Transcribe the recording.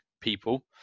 people